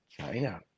China